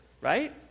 right